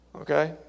Okay